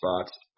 spots